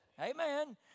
Amen